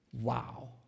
wow